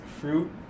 fruit